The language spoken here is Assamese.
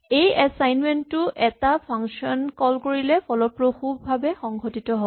এই এচাইমেন্ট টো এটা ফাংচন কল কৰিলে ফলপ্ৰসূভাৱে সংঘটিত হয়